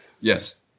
Yes